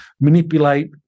manipulate